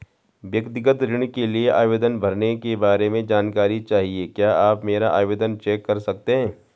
व्यक्तिगत ऋण के लिए आवेदन भरने के बारे में जानकारी चाहिए क्या आप मेरा आवेदन चेक कर सकते हैं?